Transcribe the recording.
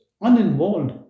uninvolved